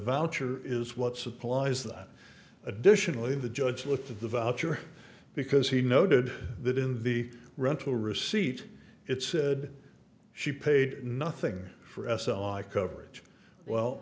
voucher is what supplies that additionally the judge lifted the voucher because he noted that in the rental receipt it said she paid nothing for s